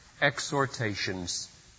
exhortations